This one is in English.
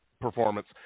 performance